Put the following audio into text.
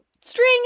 string